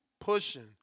pushing